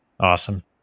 awesome